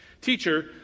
Teacher